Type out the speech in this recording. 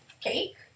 Cake